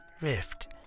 Rift